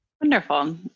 Wonderful